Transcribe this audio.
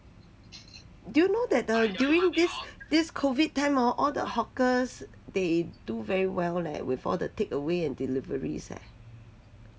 do you know that the during this this COVID time orh all the hawkers they do very well leh with all the takeaway and deliveries eh